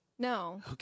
No